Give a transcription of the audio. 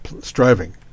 striving